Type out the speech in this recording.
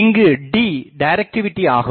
இங்கு D directivity ஆகும்